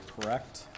correct